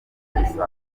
umusaruro